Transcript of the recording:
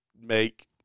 make